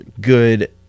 good